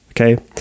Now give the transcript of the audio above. okay